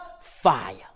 fire